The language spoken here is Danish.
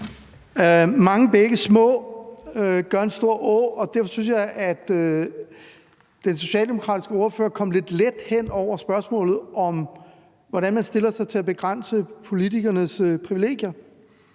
Mange bække små gør en stor å, og derfor synes jeg, at den socialdemokratiske ordfører kom lidt let hen over spørgsmålet om, hvordan man stiller sig til at begrænse politikernes privilegier.